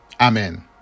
Amen